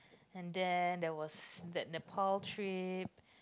and then there was that Nepal trip